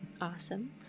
Awesome